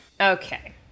Okay